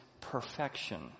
perfection